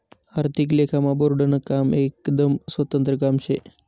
आर्थिक लेखामा बोर्डनं काम एकदम स्वतंत्र काम शे